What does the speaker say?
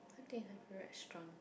what is my favourite restaurant